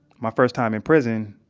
my first time in prison,